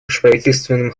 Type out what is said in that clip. межправительственному